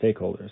stakeholders